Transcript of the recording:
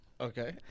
Okay